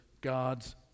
God's